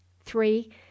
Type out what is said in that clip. three